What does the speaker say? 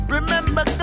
Remember